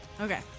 Okay